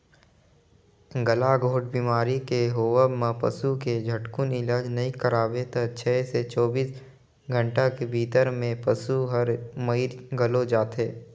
गलाघोंट बेमारी के होवब म पसू के झटकुन इलाज नई कराबे त छै से चौबीस घंटा के भीतरी में पसु हर मइर घलो जाथे